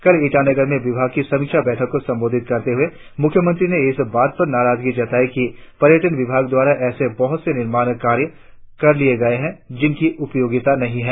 कल ईटानगर में विभाग की समीक्षा बैठक को संबोधित करते हुए मुख्यमंत्री ने इस बात पर नाराजगी जताई कि पर्यटन विभाग द्वारा ऐसे बहुत से निर्माण कार्य करा लिए गए है जिनकी उपयोगिता नहीं है